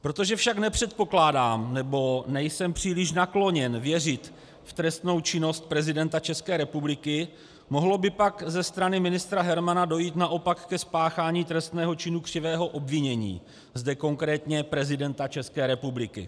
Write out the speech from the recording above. Protože však nepředpokládám, nebo nejsem příliš nakloněn věřit v trestnou činnost prezidenta České republiky, mohlo by pak ze strany ministra Hermana dojít naopak ke spáchání trestného činu křivého obvinění, zde konkrétně prezidenta České republiky.